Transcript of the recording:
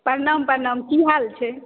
प्रणाम प्रणाम की हाल छै